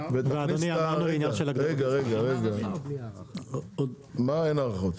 ותכניס את --- רגע רגע, מה אין הארכות?